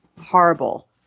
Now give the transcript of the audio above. horrible